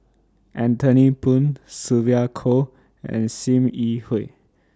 Anthony Poon Sylvia Kho and SIM Yi Hui